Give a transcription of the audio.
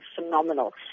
phenomenal